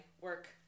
work